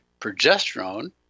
progesterone